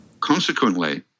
Consequently